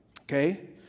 okay